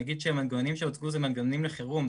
אני אגיד שהמנגנונים שהוצגו אלה מנגנונים לחירום,